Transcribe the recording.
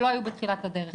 שלא היו בתחילת הדרך.